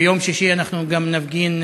ביום שישי אנחנו גם נפגין,